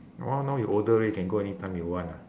orh now you older already can go anytime you want ah